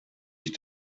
ich